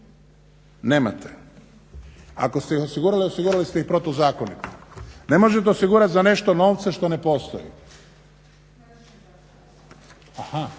nemate. Ako ste ih osigurali, osigurali ste ih protuzakonito. Ne možete osigurat za nešto novce što ne postoji.